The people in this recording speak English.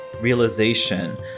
realization